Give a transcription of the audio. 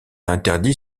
interdit